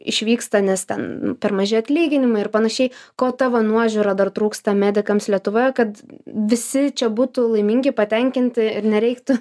išvyksta nes ten per maži atlyginimai ir panašiai ko tavo nuožiūra dar trūksta medikams lietuvoje kad visi čia būtų laimingi patenkinti ir nereiktų